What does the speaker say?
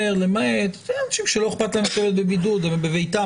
שאומר: למעט אנשים שלא אכפת להם להישאר בבידוד בביתם